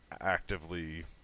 actively